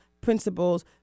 principles